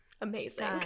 amazing